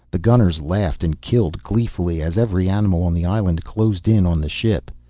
the gunners laughed and killed gleefully as every animal on the island closed in on the ship.